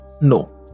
No